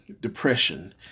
depression